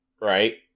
right